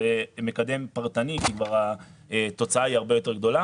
זה מקדם פרטני כי התוצאה היא הרבה יותר גדולה.